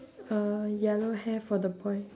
uh yellow hair for the boy